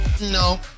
no